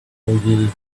ogilvy